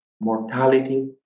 mortality